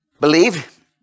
believe